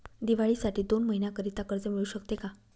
दिवाळीसाठी दोन महिन्याकरिता कर्ज मिळू शकते का?